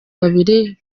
babiri